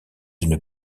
une